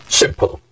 simple